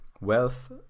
wealth